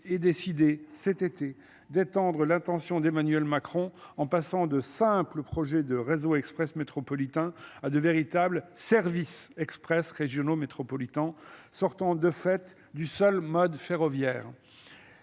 ait décidé, cet été, d'étendre l'intention d'emmanuel Macron en passant de simples projets de réseau express métropolitain à de véritables services express régionaux métropolitains sortant de fait du seul mode ferroviaire.